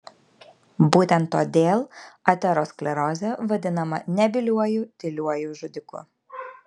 būtent todėl aterosklerozė vadinama nebyliuoju tyliuoju žudiku